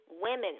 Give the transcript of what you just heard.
women